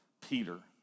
Peter